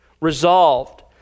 Resolved